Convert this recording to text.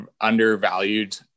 undervalued